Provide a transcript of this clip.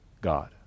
God